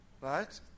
right